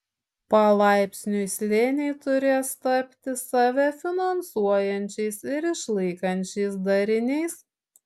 palaipsniui slėniai turės tapti save finansuojančiais ir išlaikančiais dariniais